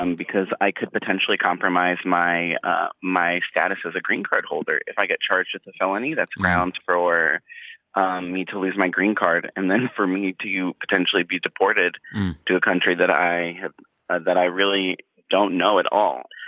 um because i could potentially compromise my ah my status as a green card holder. if i get charged with a felony, that's grounds for ah me to lose my green card and then for me to potentially be deported to a country that i have ah that i really don't know at all.